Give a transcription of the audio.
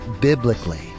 biblically